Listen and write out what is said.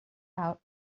out